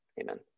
Amen